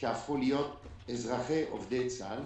שהפכו להיות אזרחים עובדי צה"ל.